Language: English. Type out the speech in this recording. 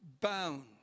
bound